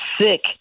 sick